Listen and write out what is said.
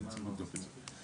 כן, בבקשה.